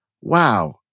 wow